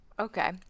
okay